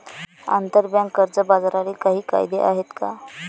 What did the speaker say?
आंतरबँक कर्ज बाजारालाही काही कायदे आहेत का?